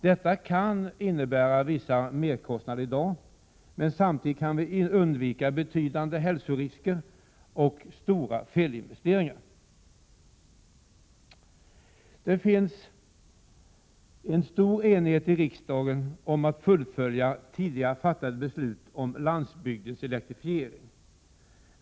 Detta kan innebära vissa merkostnader i dag, men samtidigt kan vi undvika betydande hälsorisker och stora felinvesteringar. Det finns en stor enighet i riksdagen om att fullfölja tidigare fattade beslut om landsbygdens elektrifiering.